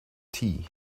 tea